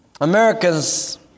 Americans